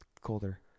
Colder